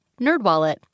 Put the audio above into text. NerdWallet